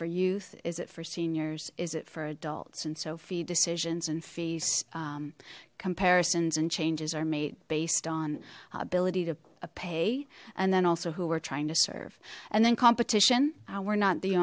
for youth is it for seniors is it for adults and so fee decisions and fees comparisons and changes are made based on ability to pay and then also who we're trying to serve and then competition we're not the